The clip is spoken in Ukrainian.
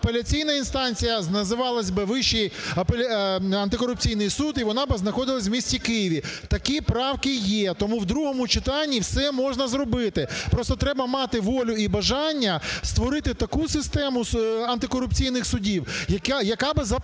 апеляційна інстанція називалась би Вищий антикорупційний суд, і вона би знаходилася в місті Києві. Такі правки є. Тому в другому читанні все можна зробити. Просто треба мати волю і бажання створити таку систему антикорупційний судів, яка би запрацювала,